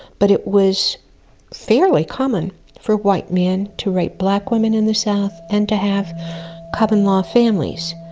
but it was fairly common for white men to rape black women in the south, and to have common law families.